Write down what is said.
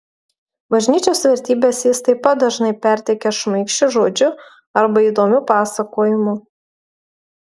bažnyčios vertybes jis taip pat dažnai perteikia šmaikščiu žodžiu arba įdomiu pasakojimu